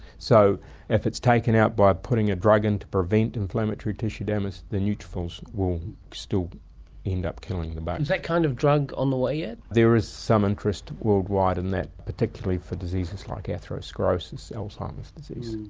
so if it's taken out by putting a drug in to prevent inflammatory tissue damage, the neutrophils will still end up killing the bug. is that kind of drug on the way yet? there is some interest worldwide in that, particularly for diseases like atherosclerosis, alzheimer's disease.